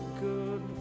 good